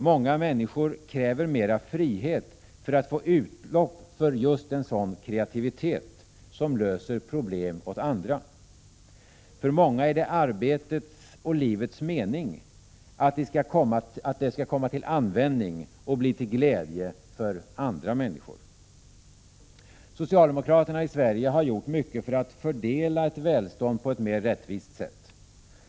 Många människor kräver mera frihet för att få utlopp för en kreativitet som löser problem för andra. För många är det arbetets och livets mening att de skall komma till användning och bli till glädje för andra människor. Socialdemokraterna i Sverige har gjort mycket för att fördela ett välstånd på ett mera rättvist sätt.